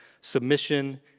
submission